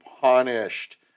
punished